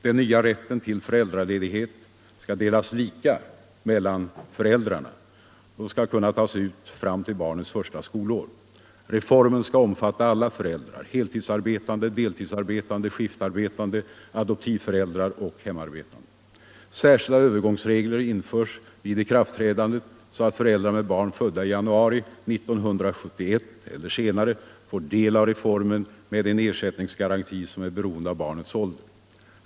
Den nya rätten till föräldraledighet, som skall delas lika mellan föräldrarna, skall kunna utnyttjas fram till barnets första skolår. Reformen skall omfatta alla föräldrar: heltidsarbetande, dehidsarbetande, skiftarbetande, adoptivföräldrar och hemarbetande. Särskilda övergångsregler införs vid ikraftträdandet så att föräldrar med barn födda i januari 1971 eller senare får del av reformen med en ersättningsgaranti som är beroende av barnets ålder.